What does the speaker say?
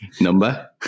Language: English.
number